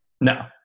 No